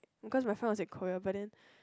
because my friend was in Korea but then